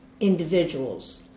individuals